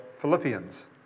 Philippians